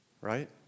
Right